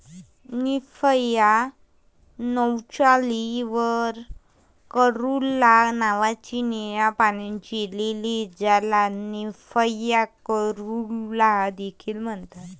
Nymphaea नौचाली वर caerulea नावाची निळ्या पाण्याची लिली, ज्याला निम्फिया कॅरुला देखील म्हणतात